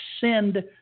send